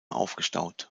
aufgestaut